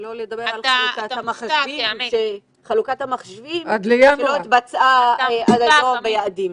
שלא לדבר על חלוקת המחשבים שלא התבצעה עד היום ביעדים.